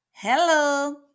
Hello